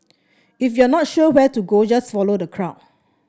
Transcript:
if you're not sure where to go just follow the crowd